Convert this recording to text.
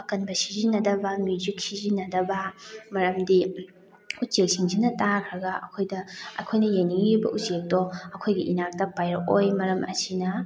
ꯑꯀꯟꯕ ꯁꯤꯖꯤꯟꯅꯗꯕ ꯃ꯭ꯌꯨꯖꯤꯛ ꯁꯤꯖꯤꯟꯅꯗꯕ ꯃꯔꯝꯗꯤ ꯎꯆꯦꯛꯁꯤꯡꯁꯤꯅ ꯇꯥꯈ꯭ꯔꯒ ꯑꯩꯈꯣꯏꯗ ꯑꯩꯈꯣꯏꯅ ꯌꯦꯡꯅꯤꯡꯉꯤꯕ ꯎꯆꯦꯛꯇꯣ ꯑꯩꯈꯣꯏꯒꯤ ꯏꯅꯥꯛꯇ ꯄꯥꯏꯔꯛꯑꯣꯏ ꯃꯔꯝ ꯑꯁꯤꯅ